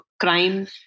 crime